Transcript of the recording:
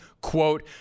Quote